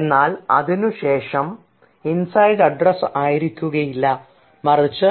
എന്നാൽ അതിനുശേഷം inside address ആയിരിക്കുകയില്ല മറിച്ച്